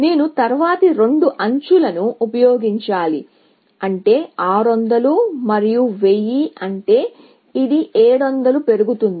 నేను తరువాతి రెండు ఎడ్జ్ లను ఉపయోగించాలి అంటే 600 మరియు 1000 అంటే ఇది 700 పెరుగుతుంది